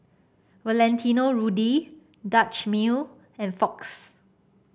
Valentino Rudy Dutch Mill and Fox